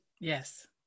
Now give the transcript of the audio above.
Yes